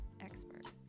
experts